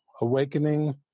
awakening